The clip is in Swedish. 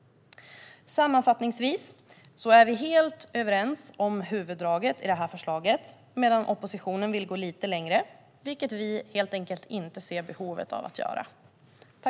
Sammanfattningsvis är vi helt överens om huvuddragen i detta förslag. Oppositionen vill gå lite längre, vilket vi helt enkelt inte ser behovet av att göra.